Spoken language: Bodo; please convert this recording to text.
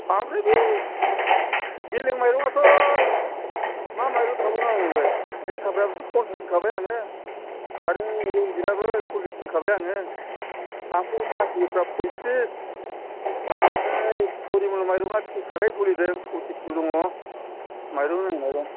ओमफ्राय बे बेलेग माइरंआथ' मा माइरं थाबावनांगौ बेलाय जोसाफोराबो फन्सास होनखाबाय आङो आरो रनजितआबो सल्लिस होनखाबाय आङो आरो बै बासमतिफोरा फयथ्रिस ओमफ्राय फरिमल माइरंआ थ्रिस थाखायै सलिदों फसिसबो दङ माइरं नायै माइरं